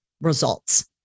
results